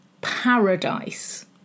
Paradise